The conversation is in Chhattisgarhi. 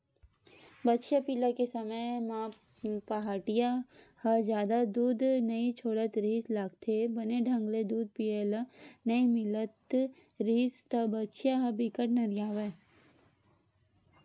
बछिया पिला के समे म पहाटिया ह जादा दूद नइ छोड़त रिहिस लागथे, बने ढंग ले दूद पिए ल नइ मिलत रिहिस त बछिया ह बिकट नरियावय